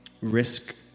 risk